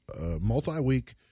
Multi-week